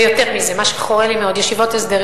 ויותר מזה, מה שחורה לי מאוד, ישיבות הסדר.